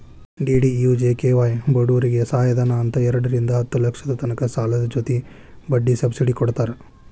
DDUGKY ಬಡೂರಿಗೆ ಸಹಾಯಧನ ಅಂತ್ ಎರಡರಿಂದಾ ಹತ್ತ್ ಲಕ್ಷದ ತನಕ ಸಾಲದ್ ಜೊತಿ ಬಡ್ಡಿ ಸಬ್ಸಿಡಿ ಕೊಡ್ತಾರ್